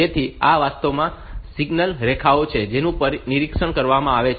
તેથી આ વાસ્તવમાં સિગ્નલ રેખાઓ છે જેનું નિરીક્ષણ કરવામાં આવે છે